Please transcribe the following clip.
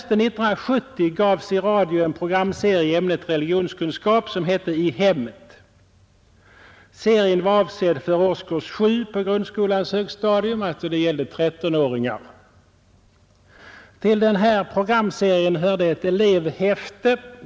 Till den här programserien hörde ett elevhäfte.